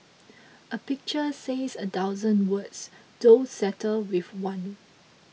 a pictures says a thousand words don't settle with one